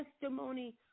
testimony